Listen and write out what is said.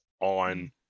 on